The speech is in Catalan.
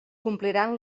compliran